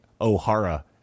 O'Hara